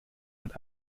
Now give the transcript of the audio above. hat